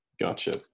Gotcha